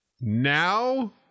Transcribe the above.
now